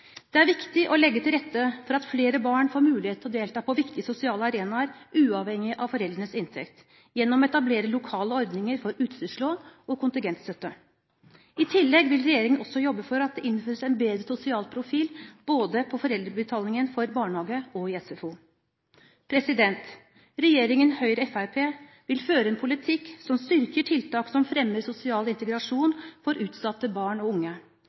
Det er viktig å legge til rette for at flere barn får mulighet til å delta på viktige sosiale arenaer, uavhengig av foreldrenes inntekt, gjennom å etablere lokale ordninger for utstyrslån og kontingentstøtte. I tillegg vil regjeringen jobbe for at det innføres en bedre sosial profil på foreldrebetalingen for både barnehage og SFO. Regjeringen Høyre–Fremskrittspartiet vil føre en politikk som styrker tiltak som fremmer sosial integrasjon for utsatte barn og unge.